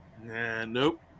Nope